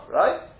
right